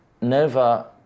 Nova